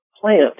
plant